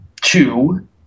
Two